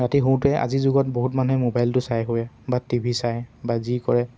ৰাতি শোওঁতে আজিৰ যুগত বহুত মানুহে মোবাইলটো চাই শুৱে বা টি ভি চায় বা যি কৰে